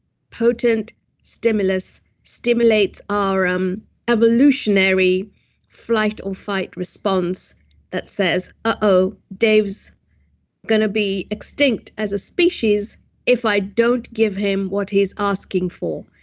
potent stimulus stimulates our um evolutionary flight or fight response that says, dave's going to be extinct as a species if i don't give him what he's asking for,